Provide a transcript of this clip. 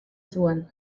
zuen